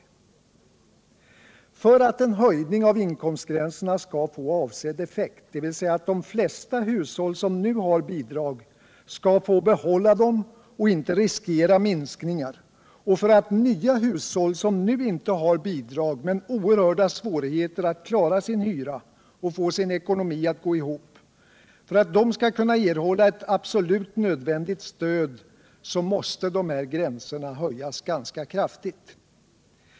— m.m. För att en höjning av inkomstgränserna skall få avsevärd effekt, dvs. att de flesta hushåll som nu har bidrag skall få behålla dem och inte riskera minskningar, och för att nya hushåll som nu inte har bidrag men har oerhörda svårigheter att klara sin hyra och få sin ekonomi att gå ihop skall erhålla ett absolut nödvändigt stöd måste dessa gränser höjas ganska kraftigt.